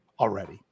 Already